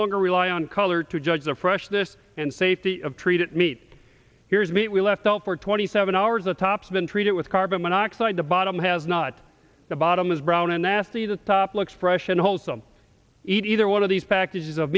longer rely on color to judge the freshness and safety of treated meat here's meat we left all for twenty seven hours the tops been treated with carbon monoxide the bottom has not the bottom is brown and nasty the top looks fresh and wholesome either one of these packages of